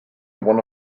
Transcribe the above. one